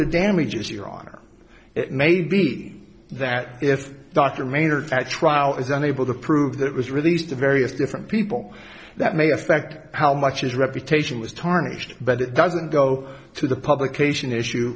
to damages your honor it may be that if dr maynard at trial is unable to prove that it was released to various different people that may affect how much his reputation was tarnished but it doesn't go to the publication issue